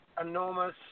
enormous